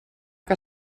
que